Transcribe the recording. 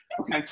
Okay